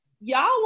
y'all